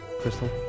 Crystal